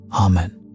Amen